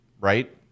right